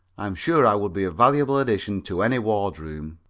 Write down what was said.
i'm sure i would be a valuable addition to any wardroom.